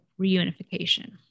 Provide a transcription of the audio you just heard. reunification